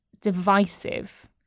divisive